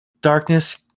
Darkness